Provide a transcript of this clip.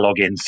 logins